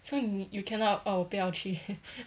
so you you cannot oh 我不要去